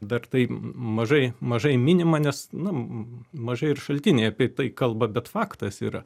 dar tai mažai mažai minima nes nu mažai ir šaltiniai apie tai kalba bet faktas yra